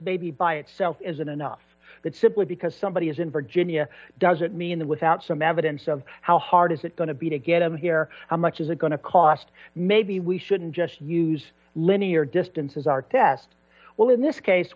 baby by itself isn't enough that simply because somebody is in virginia doesn't mean that without some evidence of how hard is it going to be to get him here how much is it going to cost maybe we shouldn't just use linear distances our test well in this case